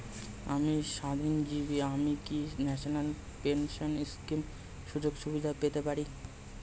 আমি স্বাধীনজীবী আমি কি ন্যাশনাল পেনশন স্কিমের সুযোগ সুবিধা পেতে পারি?